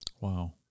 Wow